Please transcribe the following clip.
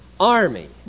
army